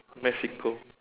mexico